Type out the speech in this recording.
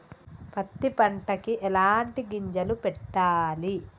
పత్తి పంటకి ఎలాంటి గింజలు పెట్టాలి?